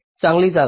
चांगली जागा